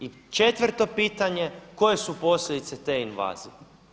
I četvrto pitanje, koje su posljedice te invazije?